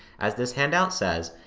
as this handout says,